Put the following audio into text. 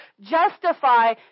justify